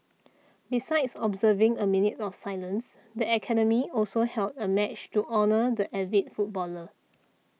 besides observing a minute of silence the academy also held a match to honour the avid footballer